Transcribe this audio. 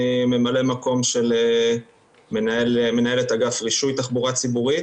אני ממלא מקום של מנהלת אגף רישוי תחבורה ציבורית